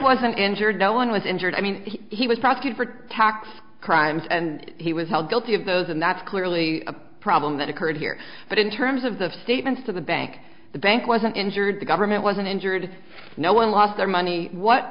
wasn't injured no one was injured i mean he was prosecute for tax crimes and he was held guilty of those and that's clearly a problem that occurred here but in terms of the statements of the bank the bank wasn't injured the government wasn't injured no one lost their money what